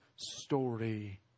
Story